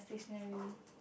stationary